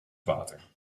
water